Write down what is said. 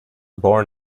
born